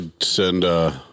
send